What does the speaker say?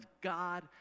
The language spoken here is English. God